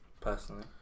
personally